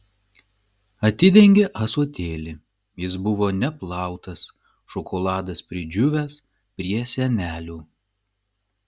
atidengė ąsotėlį jis buvo neplautas šokoladas pridžiūvęs prie sienelių